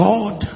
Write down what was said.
God